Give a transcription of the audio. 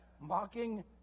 Mocking